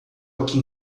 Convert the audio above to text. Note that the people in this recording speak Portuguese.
aqui